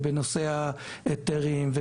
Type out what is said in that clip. היתרים,